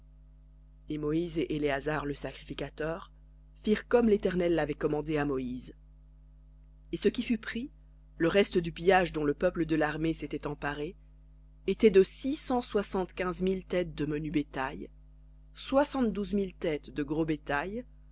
et moïse et éléazar le sacrificateur firent comme l'éternel l'avait commandé à moïse et ce qui fut pris le reste du pillage dont le peuple de l'armée s'était emparé était de six cent soixante-quinze mille menu bétail soixante-douze mille gros bétail